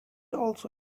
also